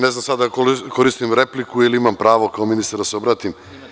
Ne znam da li koristim repliku ili imam pravo kao ministar da se obratim.